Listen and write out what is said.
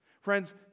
Friends